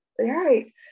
Right